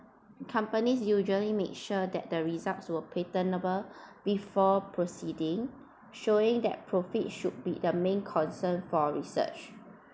companies usually made sure that the results were patentable before proceeding showing that profits should be the main concern for research